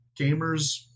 gamers